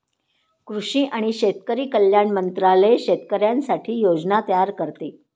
कृषी आणि शेतकरी कल्याण मंत्रालय शेतकऱ्यांसाठी योजना तयार करते